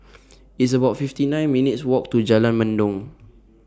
It's about fifty nine minutes' Walk to Jalan Mendong